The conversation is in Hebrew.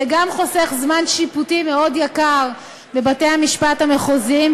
זה גם חוסך זמן שיפוטי מאוד יקר בבתי-המשפט המחוזיים,